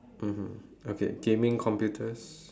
mmhmm okay gaming computers